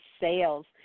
sales